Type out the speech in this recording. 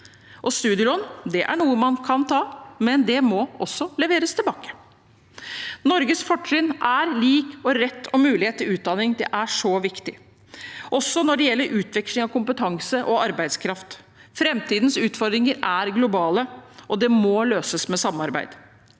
Studielån er noe man kan ta, men det må betales tilbake. Norges fortrinn med lik rett og mulighet til utdanning er så viktig, også når det gjelder utveksling av kompetanse og arbeidskraft. Framtidens utfordringer er globale og må løses med samarbeid.